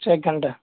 سر ایک گھنٹہ